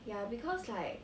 ya because like